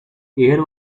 air